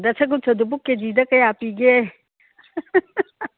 ꯗꯁꯒꯨꯁꯗꯨꯕꯨ ꯀꯦ ꯖꯤꯗ ꯀꯌꯥ ꯄꯤꯒꯦ